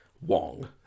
wong